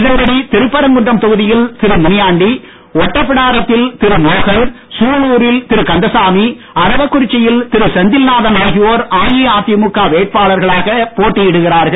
இதன்படி திருப்பரங்குன்றம் தொகுதியில் திரு முனியாண்டி ஒட்டப்பிடாரத்தில் திரு மோகன் சூலூரில் திரு கந்தசாமி அரவக்குறிச்சியில் திரு செந்தில்நாதன் ஆகியோர் அஇஅதிமுக வேட்பாளர்களாக போட்டியிடுகிறார்கள்